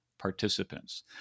participants